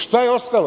Šta je ostalo?